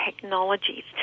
technologies